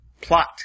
plot